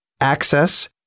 access